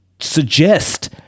suggest